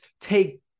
take